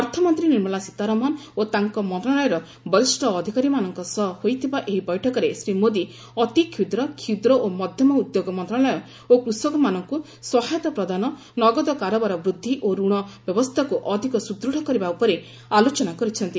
ଅର୍ଥମନ୍ତ୍ରୀ ନିର୍ମଳା ସୀତାରମଣ ଓ ତାଙ୍କ ମନ୍ତ୍ରଣାଳୟର ବରିଷ୍ଠ ଅଧିକାରୀମାନଙ୍କ ସହ ହୋଇଥିବା ଏହି ବୈଠକରେ ଶ୍ରୀ ମୋଦି ଅତିକ୍ଷୁଦ୍ର କ୍ଷୁଦ୍ର ଓ ମଧ୍ୟମ ଉଦ୍ୟୋଗ ମନ୍ତ୍ରଣାଳୟ ଓ କୃଷକମାନଙ୍କୁ ସହାୟତା ପ୍ରଦାନ ନଗଦ କାରବାର ବୃଦ୍ଧି ଓ ଋଣ ବ୍ୟବସ୍ଥାକୁ ଅଧିକ ସୁଦୃଢ଼ କରିବା ଉପରେ ଆଲୋଚନା କରିଛନ୍ତି